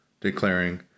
declaring